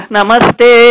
Namaste